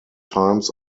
times